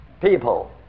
people